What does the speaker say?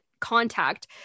contact